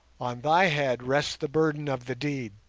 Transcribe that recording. on thy head rest the burden of the deed,